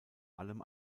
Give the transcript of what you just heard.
allem